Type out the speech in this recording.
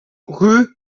rue